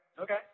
Okay